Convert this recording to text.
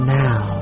now